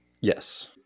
Yes